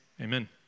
amen